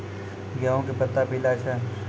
गेहूँ के पत्ता पीला छै?